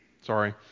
Sorry